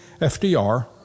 FDR